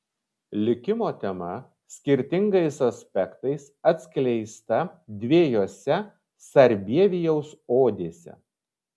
likimo tema skirtingais aspektais atskleista dviejose sarbievijaus odėse